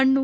ಹಣ್ಣು